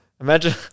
imagine